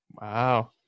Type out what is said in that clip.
Wow